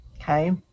okay